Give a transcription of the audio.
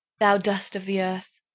thou dust of the earth,